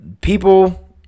People